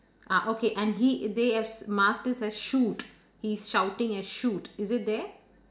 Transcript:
ah okay and he they as as shoot he's shouting at shoot is it there